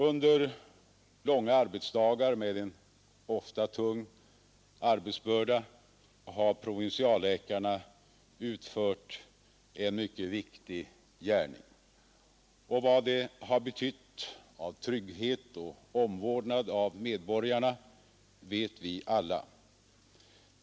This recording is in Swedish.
Under långa arbetsdagar med en ofta tung arbetsbörda har provinsialläkaren utfört en mycket viktig gärning, och vad det har betytt av trygghet för och omvårdnad av medborgarna vet vi alla.